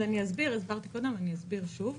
הסברתי קודם ואני אסביר שוב.